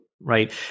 Right